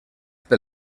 per